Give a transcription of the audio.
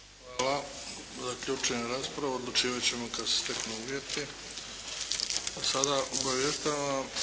Hvala. Zaključujem raspravu. Odlučivat ćemo kad se steknu uvjeti.